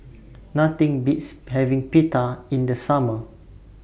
Nothing Beats having Pita in The Summer